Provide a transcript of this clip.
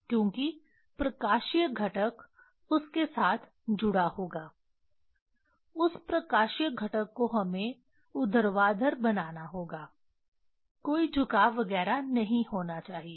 क्योंकि प्रकाशीय घटक उस के साथ जुड़ा होगा उस प्रकाशीय घटक को हमें ऊर्ध्वाधर बनाना होगा कोई झुकाव वगैरह नहीं होना चाहिए